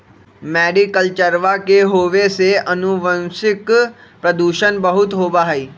मैरीकल्चरवा के होवे से आनुवंशिक प्रदूषण बहुत होबा हई